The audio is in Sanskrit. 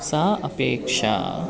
सा अपेक्षा